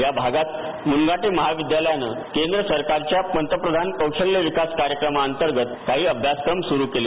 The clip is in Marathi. या भागात मुनघाटे महाविद्यालयानं केंद्र सरकारच्या पंतप्रधान कौशल्य विकास कार्यक्रमांतर्गत काही अभ्यासक्रम सुरु केले